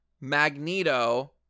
Magneto